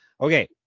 Okay